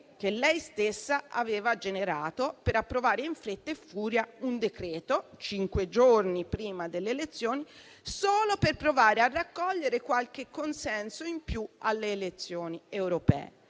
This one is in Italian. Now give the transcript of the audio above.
che lei stessa aveva generato per approvare in fretta e furia un decreto cinque giorni prima delle elezioni, solo per provare a raccogliere qualche consenso in più alle elezioni europee.